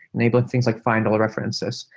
enabling things like find all references,